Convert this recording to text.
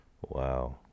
Wow